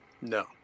no